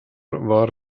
war